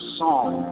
song